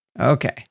Okay